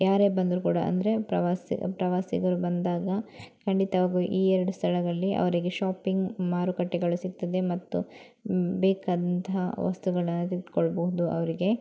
ಯಾರೇ ಬಂದರು ಕೂಡ ಅಂದರೆ ಪ್ರವಾಸಿ ಪ್ರವಾಸಿಗರು ಬಂದಾಗ ಖಂಡಿತವಾಗೂ ಈ ಎರಡು ಸ್ಥಳಗಳಲ್ಲಿ ಅವರಿಗೆ ಶಾಪಿಂಗ್ ಮಾರುಕಟ್ಟೆಗಳು ಸಿಗ್ತದೆ ಮತ್ತು ಬೇಕಾದಂತಹ ವಸ್ತುಗಳನ್ನ ತೆಗೆದ್ಕೊಳ್ಬೋದು ಅವರಿಗೆ